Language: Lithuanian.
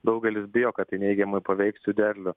daugelis bijo kad tai neigiamai paveiks jų derlių